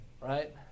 right